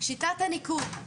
שיטת הניקוד,